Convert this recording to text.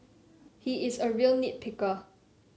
he is a real nit picker